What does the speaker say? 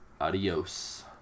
Adios